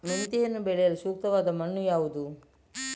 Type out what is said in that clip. ಮೆಂತೆಯನ್ನು ಬೆಳೆಯಲು ಸೂಕ್ತವಾದ ಮಣ್ಣು ಯಾವುದು?